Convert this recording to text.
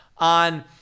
on